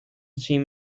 seem